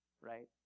right